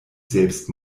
selbst